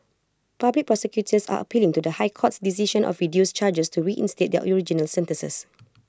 public prosecutors are appealing to the high court's decision of reduced charges to reinstate their original sentences